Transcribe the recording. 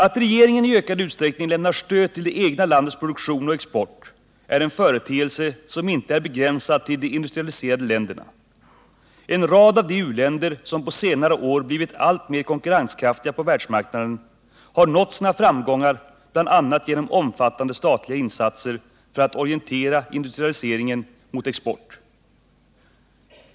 Att regeringar i ökad utsträckning lämnar stöd till det egna landets produktion och export är en företeelse som inte är begränsad till de industrialiserade länderna. En rad av de u-länder som på senare år blivit alltmer konkurrenskraftiga på världsmarknaden har nått sina framgångar bl.a. genom omfattande statliga insatser för att orientera industrialiseringen mot export.